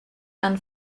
and